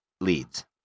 leads